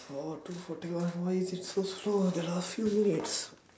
oh two forty onr why is it so slow the last few minutes